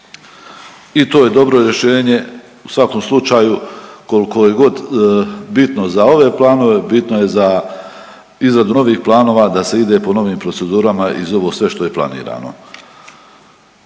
i to je dobro rješenje, u svakom slučaju kolko je god bitno za ove planove bitno je za izradu novih planova da se ide po novim procedurama i uz ovo sve što je planirano.